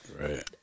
Right